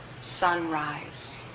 sunrise